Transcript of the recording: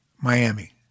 Miami